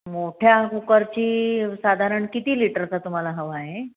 मोठ्या कुकरची साधारण किती लिटरचा तुम्हाला हवा आहे